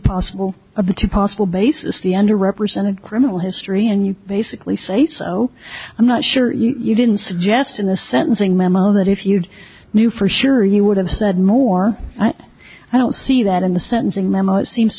possible of the two possible basis the under represented criminal history and you basically say so i'm not sure you didn't suggest in the sentencing memo that if you knew for sure you would have said more i don't see that in the sentencing memo it seems to